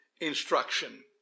instruction